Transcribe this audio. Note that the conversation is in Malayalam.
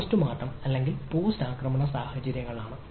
ഇവ പോസ്റ്റ്മോർട്ടം അല്ലെങ്കിൽ പോസ്റ്റ് ആക്രമണ സാഹചര്യങ്ങളാണ്